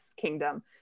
kingdom